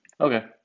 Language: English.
Okay